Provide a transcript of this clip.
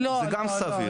זה גם סביר.